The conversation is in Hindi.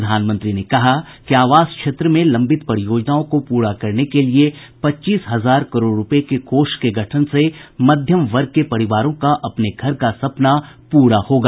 प्रधानमंत्री ने कहा कि आवास क्षेत्र में लंबित परियोजनाओं को पूरा करने के लिये पच्चीस हजार करोड़ रूपये के कोष के गठन से मध्यम वर्ग के परिवारों का अपने घर का सपना पूरा होगा